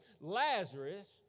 Lazarus